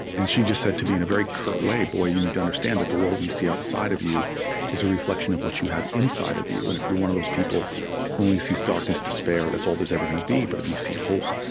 and she just said to me, in a very curt way, boy, you need to understand that the world you see outside of you is a reflection of what you have inside of you, and if you're one of those people who only sees darkness, despair, that's all there's ever gonna be. but if you see hope,